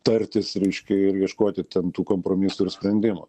tartis reiškia ir ieškoti ten tų kompromisų ir sprendimų